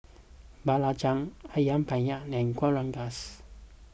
Belacan Ayam Penyet and Kueh Rengas